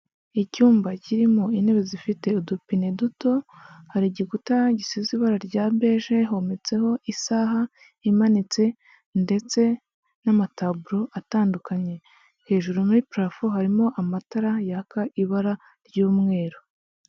Icyumba kirimo intebe zifite udupine duto, hari igikuta gisize ibara rya beje, hometseho isaha imanitse ndetse n'amataburo atandukanye, hejuru muri parafo harimo amatara yaka ibara ry'umweru.